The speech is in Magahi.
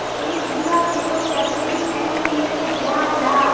एक बिगहा खेतोत कतेरी एन.पी.के दियाल जहा?